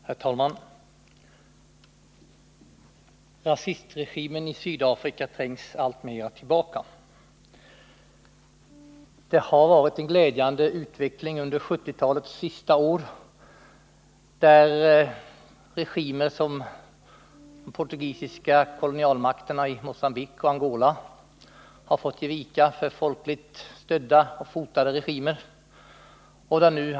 Herr talman! Rasistregimen i Sydafrika trängs alltmer tillbaka. Det har varit en glädjande utveckling under 1970-talets sista år. Regimer som de portugisiska kolonialmakterna i Mogambique och Angola har fått ge vika för folkligt stödda och fotade regimer.